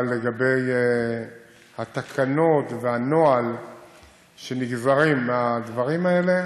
אבל לגבי התקנות והנוהל שנגזרים מהדברים האלה,